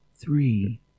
three